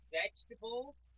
vegetables